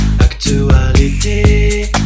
actuality